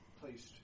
Placed